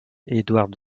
edward